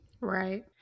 Right